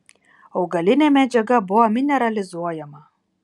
augalinė medžiaga buvo mineralizuojama